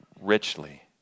richly